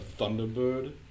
thunderbird